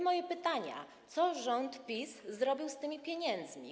Moje pytania: Co rząd PiS zrobił z tymi pieniędzmi?